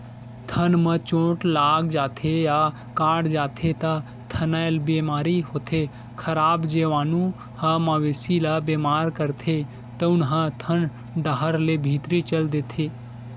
थन म चोट लाग जाथे या कटा जाथे त थनैल बेमारी होथे, खराब जीवानु ह मवेशी ल बेमार करथे तउन ह थन डाहर ले भीतरी चल देथे